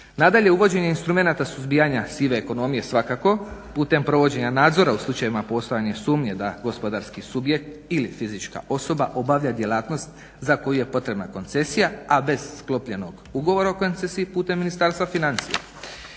Nadalje, uvođenje instrumenata suzbijanja sive ekonomije svakako putem provođenja nadzora u slučajevima postojanja sumnje da gospodarski subjekt ili fizička osoba obavlja djelatnost za koju je potrebna koncesija, a bez sklopljenog ugovora … putem Ministarstva financija.